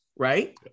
Right